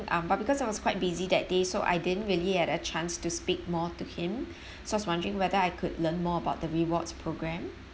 um but because I was quite busy that day so I didn't really had a chance to speak more to him so I was wondering whether I could learn more about the rewards program